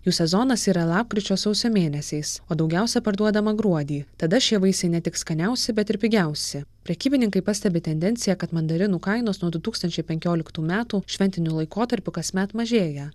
jų sezonas yra lapkričio sausio mėnesiais o daugiausia parduodama gruodį tada šie vaisiai ne tik skaniausi bet ir pigiausi prekybininkai pastebi tendenciją kad mandarinų kainos nuo du tūkstančiai penkioliktų metų šventiniu laikotarpiu kasmet mažėja